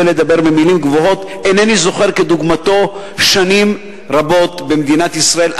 זוכר כדוגמתו שנים רבות במדינת ישראל.